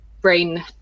brain